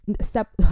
Step